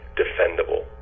defendable